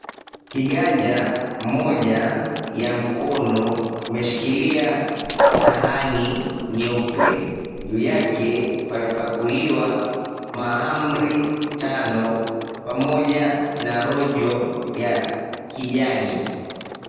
Kiganja moja ya mkono imeshikilia sahani nyeupe. Juu yake pamepakuliwa mahamri tano pamoja na rojo ya kijani.